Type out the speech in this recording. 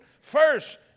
First